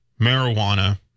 marijuana